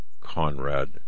Conrad